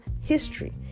history